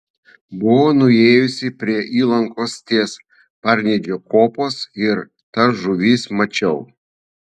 buvau nuėjusi prie įlankos ties parnidžio kopos ir tas žuvis mačiau